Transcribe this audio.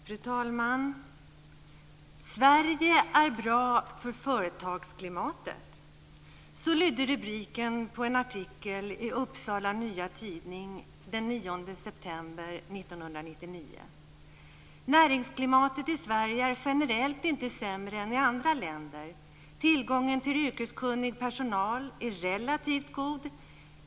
Fru talman! "Sverige är bra för företagsklimatet." Så lyder rubriken på en artikel i Upsala Nya Tidning den 9 september 1999. Näringsklimatet i Sverige är generellt inte sämre än i andra länder. Tillgången till yrkeskunnig personal är relativt god.